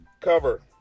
Cover